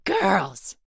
Girls